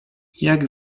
jak